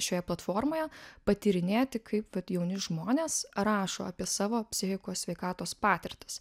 šioje platformoje patyrinėti kaip vat jauni žmonės rašo apie savo psichikos sveikatos patirtis